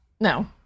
No